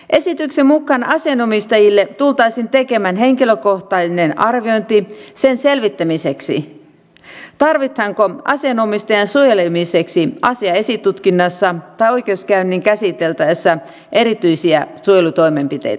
esityksen mukaan asianomistajille tultaisiin tekemään henkilökohtainen arviointi sen selvittämiseksi tarvitaanko asianomistajan suojelemiseksi asian esitutkinnassa tai oikeudenkäynnin käsittelyssä erityisiä suojelutoimenpiteitä